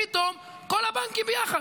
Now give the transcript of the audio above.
פתאום כל הבנקים ביחד,